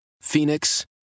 Phoenix